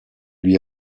lui